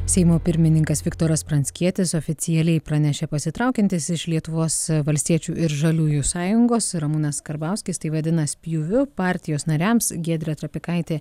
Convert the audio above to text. seimo pirmininkas viktoras pranckietis oficialiai pranešė pasitraukiantis iš lietuvos valstiečių ir žaliųjų sąjungos ir ramūnas karbauskis tai vadina spjūviu partijos nariams giedrė trapikaitė